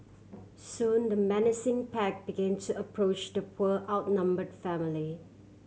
soon the menacing pack begin to approach the poor outnumbered family